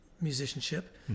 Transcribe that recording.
musicianship